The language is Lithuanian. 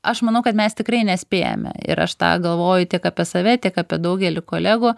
aš manau kad mes tikrai nespėjame ir aš tą galvoju tiek apie save tiek apie daugelį kolegų